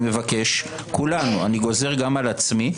אני גוזר גם על עצמי,